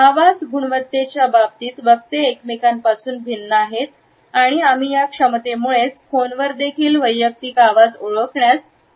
आवाज गुणवत्तेच्या बाबतीत वक्ते एकमेकांपासून भिन्न आहेत आणि आम्ही या क्षमतेमुळे फोनवर देखील वैयक्तिक आवाज ओळखण्यास सक्षम आहोत